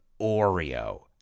Oreo